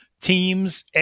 teams